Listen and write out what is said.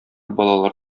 балалар